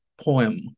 poem